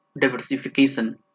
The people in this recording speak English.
Diversification